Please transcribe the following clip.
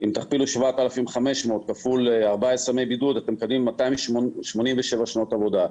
אם תכפילו 7,500 כפול 14 ימי בידוד אתם מקבלים 287 שנות עבודה,